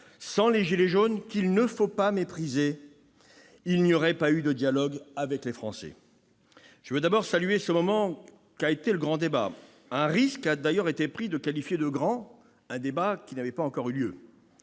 sans les « gilets jaunes », qu'il ne faut pas mépriser, il n'y aurait pas eu de dialogue avec les Français. Je veux d'abord saluer ce moment qu'a été le grand débat. Un risque a été pris de qualifier de « grand » un débat qui n'avait pas encore eu lieu.